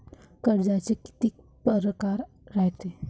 कर्जाचे कितीक परकार रायते?